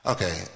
Okay